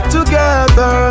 Together